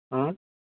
હં